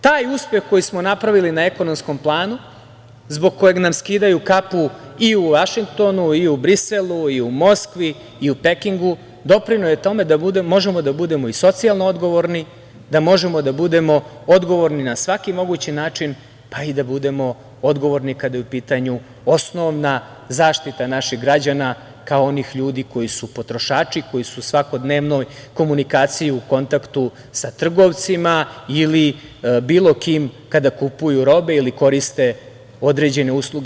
Taj uspeh koji smo napravili na ekonomskom planu, zbog kojeg nam skidaju kapu i u Vašingtonu i u Briselu i u Moskvi i u Pekingu, doprineo je tome da možemo da budemo i socijalno odgovorni, da možemo da budemo odgovorni na svaki mogući način, pa i da budemo odgovorni kada je u pitanju osnovna zaštita naših građana, kao onih ljudi koji su potrošači, koji su u svakodnevnoj komunikaciji, u kontaktu sa trgovcima ili bilo kim kada kupuju robe ili koriste određene usluge.